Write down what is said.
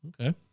Okay